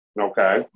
Okay